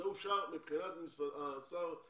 זה אושר מבחינת שר האוצר.